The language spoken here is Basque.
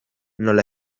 nola